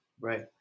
Right